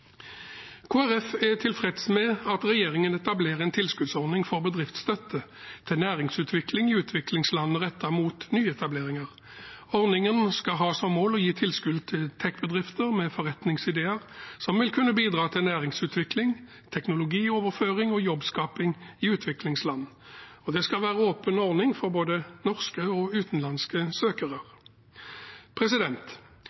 er tilfreds med at regjeringen etablerer en tilskuddsordning for bedriftsstøtte til næringslivsutvikling i utviklingsland rettet mot nyetableringer. Ordningen skal ha som mål å gi tilskudd til techbedrifter med forretningsideer som vil kunne bidra til næringsutvikling, teknologioverføring og jobbskaping i utviklingslandene. Det skal være en åpen ordning for både norske og utenlandske